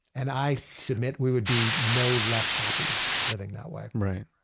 and i submit we would be no less happy living that way right.